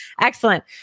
Excellent